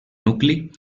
nucli